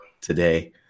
today